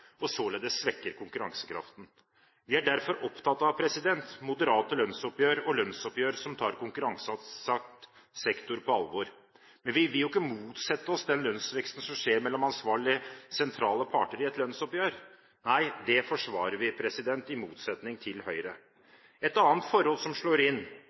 og således svekker konkurransekraften. Vi er derfor opptatt av moderate lønnsoppgjør og lønnsoppgjør som tar konkurranseutsatt sektor på alvor. Men vi vil jo ikke motsette oss den lønnsveksten som skjer mellom ansvarlige sentrale parter i et lønnsoppgjør. Nei, det forsvarer vi – i motsetning til Høyre. Et annet forhold som slår inn,